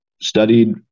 studied